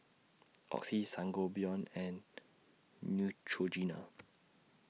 Oxy Sangobion and Neutrogena